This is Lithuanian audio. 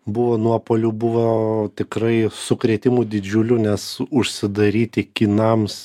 buvo nuopuolių buvo tikrai sukrėtimų didžiulių nes užsidaryti kinams